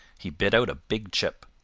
he bit out a big chip.